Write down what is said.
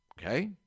Okay